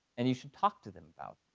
and you should talk to them about